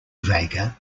vega